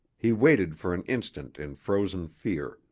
he waited for an instant in frozen fear,